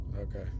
Okay